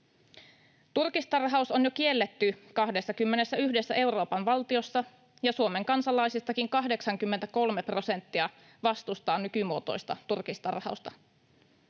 Turkistarhaus on jo kielletty 21 Euroopan valtiossa, ja Suomen kansalaisistakin 83 prosenttia vastustaa nykymuotoista turkistarhausta.